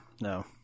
no